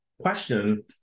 question